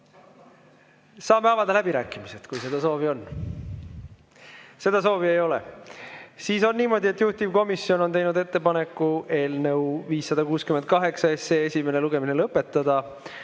Saame avada läbirääkimised, kui seda soovi on. Seda soovi ei ole. Siis on niimoodi, et juhtivkomisjon on teinud ettepaneku eelnõu 568 esimene lugemine lõpetada.